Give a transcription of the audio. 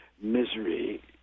misery